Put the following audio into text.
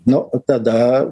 nu tada